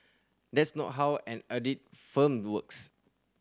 that's not how an audit firm works